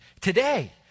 today